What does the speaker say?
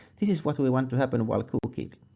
this is what we want to happen while cooking.